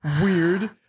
Weird